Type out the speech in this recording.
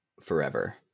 forever